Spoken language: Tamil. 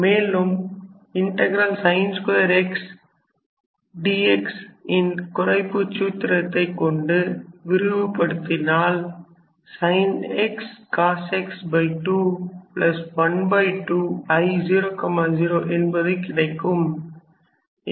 மேலும்sin 2 x dx ன் குறைப்புச் சூத்திரத்தை கொண்டு விரிவுபடுத்தினால் sin x cos x212 I0 0என்பது கிடைக்கும்